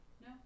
No